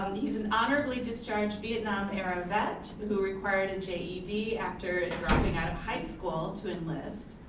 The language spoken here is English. he's an honorably discharged vietnam era vet who required a ged after dropping out of high school to enlist.